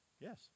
Yes